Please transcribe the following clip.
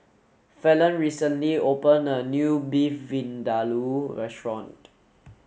Fallon recently opened a new Beef Vindaloo restaurant